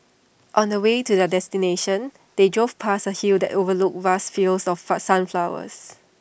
on the way to their destination they drove past A hill that overlooked vast fields of far sunflowers